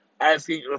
asking